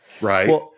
right